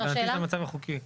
לדעתי זה המצב החוקי.